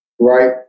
right